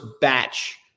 batch